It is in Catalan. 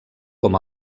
com